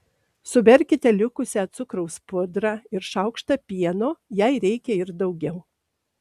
suberkite likusią cukraus pudrą ir šaukštą pieno jei reikia ir daugiau